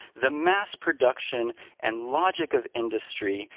the mass production and logic of industry,